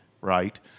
right